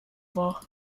war